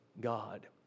God